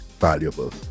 valuable